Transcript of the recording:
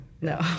No